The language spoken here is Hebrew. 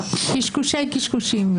קשקושי קשקושים.